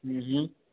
हूं हूं